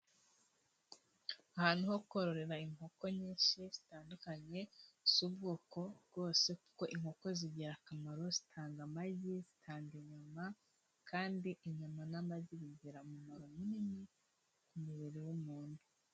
Ahantu ho kororera inkoko nyinshi zitandukanye z'ubwoko bwose, kuko inkoko zigira akamaro zitanga amagi zitanga inyama, kandi inyama n'amagi bigira umumaro munini ku mubiri w'umuntu.